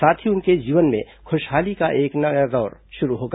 साथ ही उनके जीवन में खुशहाली का एक नया दौर शुरू होगा